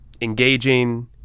engaging